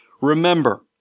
Remember